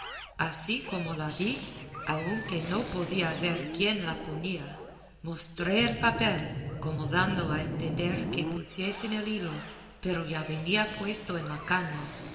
así como la vi aunque no podía ver quién la ponía mostré el papel como dando a entender que pusiesen el hilo pero ya venía puesto en la caña